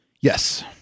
Yes